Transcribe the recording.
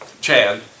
Chad